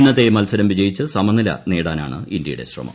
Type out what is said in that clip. ഇന്നത്തെ മത്സരം വിജയിച്ച് സ്മനില നേടാനാണ് ഇന്ത്യയുടെ ശ്രമം